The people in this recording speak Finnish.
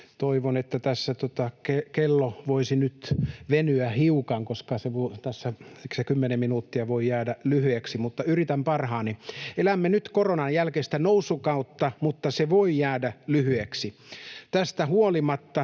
Toivon, että tässä kello voisi nyt venyä hiukan, koska tässä kymmenen minuuttia voi jäädä lyhyeksi, mutta yritän parhaani. Elämme nyt koronan jälkeistä nousukautta, mutta se voi jäädä lyhyeksi. Tästä huolimatta